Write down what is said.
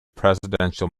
presidential